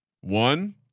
One